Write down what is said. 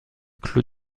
clos